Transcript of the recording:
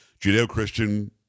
Judeo-Christian